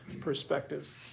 perspectives